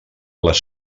les